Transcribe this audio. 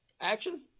Action